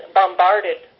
bombarded